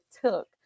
took